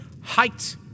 height